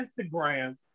Instagram